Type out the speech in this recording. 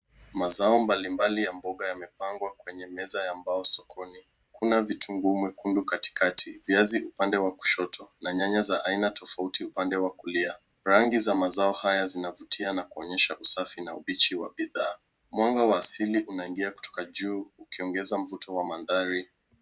Mazao mbalimbali ya mboga yamepangwa kwenye meza ya mbao sokoni. Kuna vitunguu mwekundu katikati, viazi upande wa kushoto na nyanya za aina tofauti upande wa kulia. Rangi za mazao hayo zinavutia na kuonyesha usafi na ubichi wa bidhaa. Mwanga wa asili unaingia kutoka juu ukiongeza mvuto wa mandhari.